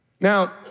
Now